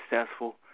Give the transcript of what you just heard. successful